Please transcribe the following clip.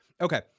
Okay